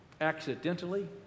accidentally